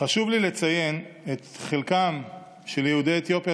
חשוב לי לציין את חלקם של יהודי אתיופיה